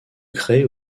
créent